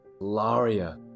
Laria